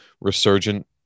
resurgent